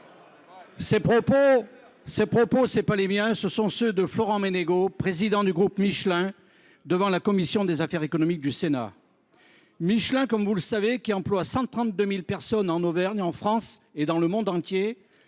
ce propos est non pas le mien, mais celui de Florent Menegaux, président du groupe Michelin, devant la commission des affaires économiques du Sénat. Alors que cette entreprise emploie 132 000 personnes en Auvergne, en France et dans le monde entier,